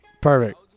Perfect